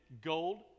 gold